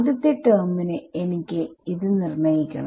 ആദ്യത്തെ ടെർമ് ന് എനിക്ക് നിർണ്ണയിക്കണം